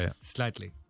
slightly